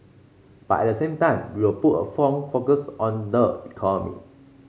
but at the same time we'll put a phone focus on the economy